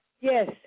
Yes